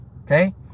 Okay